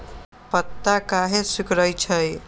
पत्ता काहे सिकुड़े छई?